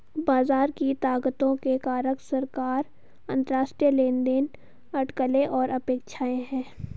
बाजार की ताकतों के कारक सरकार, अंतरराष्ट्रीय लेनदेन, अटकलें और अपेक्षाएं हैं